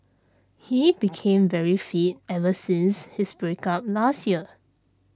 he became very fit ever since his break up last year